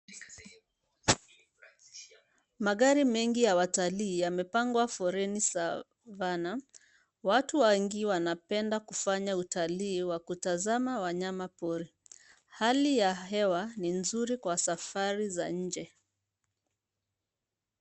Magari mengi ya watalii yamepangwa foleni savana. Watu wengi wanapenda kufanya utalii wa kutazama wanyama pori. Hali ya hewa ni nzuri kwa safari za nje.